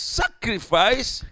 sacrifice